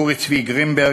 אורי צבי גרינברג,